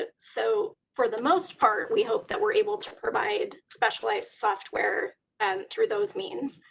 ah so for the most part we hope that we're able to provide specialized software through those means.